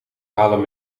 halen